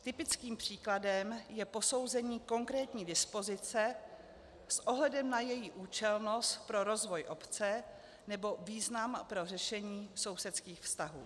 Typickým příkladem je posouzení konkrétní dispozice s ohledem na její účelnost pro rozvoj obce nebo význam pro řešení sousedských vztahů.